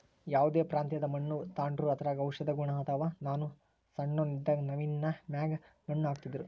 ಯಾವ್ದೇ ಪ್ರಾಂತ್ಯದ ಮಣ್ಣು ತಾಂಡ್ರೂ ಅದರಾಗ ಔಷದ ಗುಣ ಅದಾವ, ನಾನು ಸಣ್ಣೋನ್ ಇದ್ದಾಗ ನವ್ವಿನ ಮ್ಯಾಗ ಮಣ್ಣು ಹಾಕ್ತಿದ್ರು